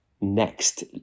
next